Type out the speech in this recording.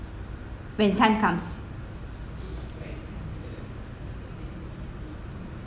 when time comes